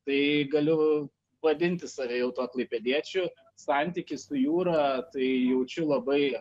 tai galiu vadinti save jau tuo klaipėdiečiu santykį su jūra tai jaučiu labai